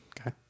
Okay